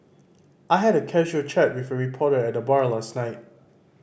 I had a casual chat with a reporter at the bar last night